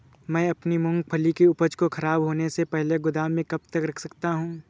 मैं अपनी मूँगफली की उपज को ख़राब होने से पहले गोदाम में कब तक रख सकता हूँ?